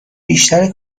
بیشتر